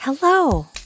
Hello